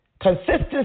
Consistency